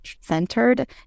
centered